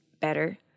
better